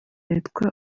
yitwa